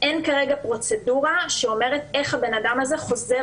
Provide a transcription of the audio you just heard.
אין כרגע פרוצדורה שאומרת איך האדם הזה חוזר